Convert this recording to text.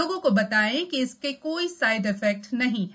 लोगों को बताएं कि इसके कोई साइड इफेक्ट नहीं है